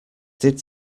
did